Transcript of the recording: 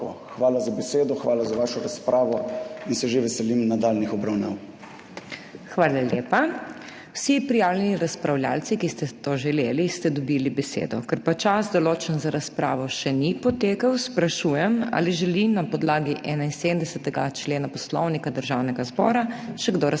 Hvala za besedo, hvala za vašo razpravo in se že veselim nadaljnjih obravnav. PODPREDSEDNICA MAG. MEIRA HOT: Hvala lepa. Vsi prijavljeni razpravljavci, ki ste to želeli ste dobili besedo, ker pa čas določen za razpravo še ni potekel sprašujem ali želi na podlagi 71. člena Poslovnika Državnega zbora še kdo razpravljati?